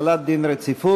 החלת דין רציפות.